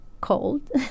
cold